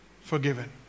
forgiven